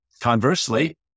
Conversely